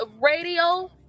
radio